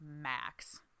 max